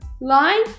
line